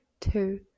two